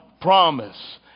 promise